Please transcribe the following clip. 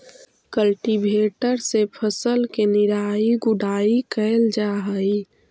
cultivator से फसल के निराई गुडाई कैल जा हई